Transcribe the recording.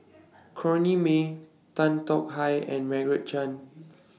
Corrinne May Tan Tong Hye and Margaret Chan